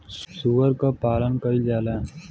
सूअर क पालन कइल जाला